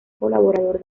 colaborador